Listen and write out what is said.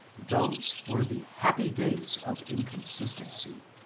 those were the happy days of incon sistency.